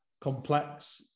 complex